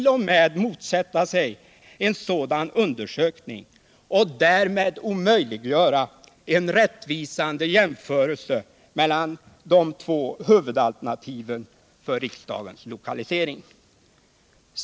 0. m. motsätta sig en sådan undersökning och därmed omöjliggöra en rättvisande jämförelse mellan de två huvudalternativen för riksdagens lokalisering.